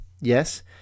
Yes